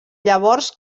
llavors